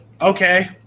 okay